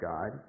God